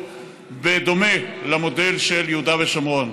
בדומה למודל של יהודה ושומרון.